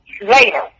later